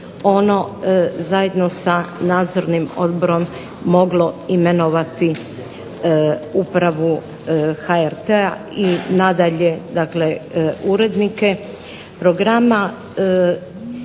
ono zajedno sa Nadzornim odborom moglo imenovati upravu HRT-a i nadalje dakle urednike programa.